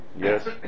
Yes